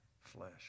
flesh